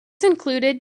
included